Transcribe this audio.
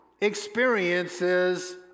experiences